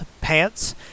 pants